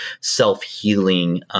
self-healing